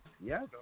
yes